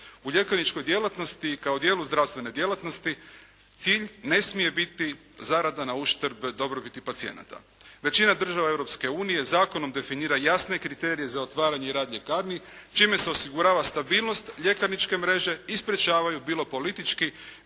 U ljekarničkoj djelatnosti i kao dijelu zdravstvene djelatnosti cilj ne smije biti zarada na uštrb dobrobiti pacijenata. Većina država Europske unije zakonom definira jasne kriterije za otvaranje i rad ljekarni čime se osigurava stabilnost ljekarničke mreže i sprječavaju bilo politički,